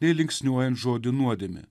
ir linksniuojant žodį nuodėmė